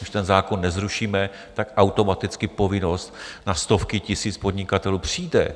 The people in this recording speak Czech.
Když ten zákon nezrušíme, tak automaticky povinnost na stovky tisíc podnikatelů přijde.